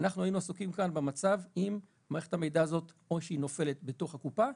היינו עסוקים כאן במצב אם מערכת המידע הזאת נופלת בתוך הקופה,